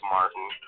Martin